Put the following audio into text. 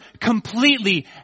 completely